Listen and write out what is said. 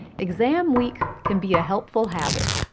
exam week can be a helpful habit.